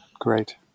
Great